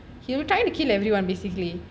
he would try to kill everyone basically